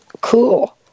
Cool